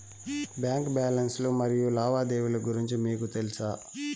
Bank balance లు మరియు లావాదేవీలు గురించి మీకు తెల్సా?